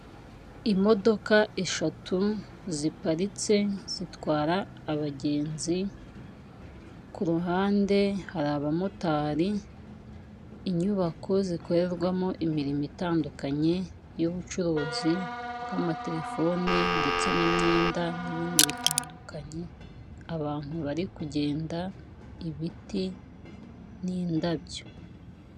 Imodoka eshatu ziparitse zitwara abagenzi, ku ruhande hari abamotari, inyubako zikorerwamo imirimo itandukanye y'ubucuruzi bw'amatelefone ndetse n'imyenda n'ibindi bitandukanye, abantu bari kugenda, ibiti n'indabyo.